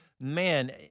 Man